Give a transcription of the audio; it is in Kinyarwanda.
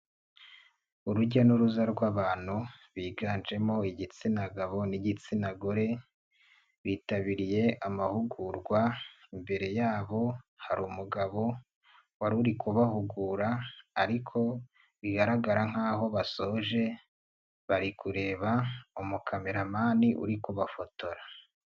Urujya n'uruza rw'abantu biganjemo igitsina gabo n'igitsina gore, bitabiriye amahugurwa, imbere yabo harimu umugabo wari kubahugura ariko bigaragara nk'aho basoje, bari kureba umukameramani uri kubafotora.